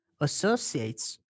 associates